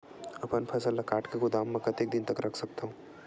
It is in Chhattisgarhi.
अपन फसल ल काट के गोदाम म कतेक दिन तक रख सकथव?